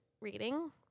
reading